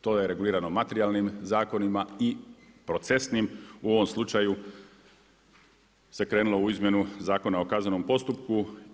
Dakle to je regulirano materijalnim zakonima i procesnim, u ovom slučaju se krenulo u Izmjenu zakona o kaznenom postupku.